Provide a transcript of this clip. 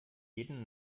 jeden